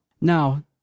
Now